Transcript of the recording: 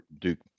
Duke